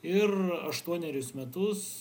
ir aštuonerius metus